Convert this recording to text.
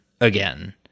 again